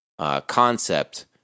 concept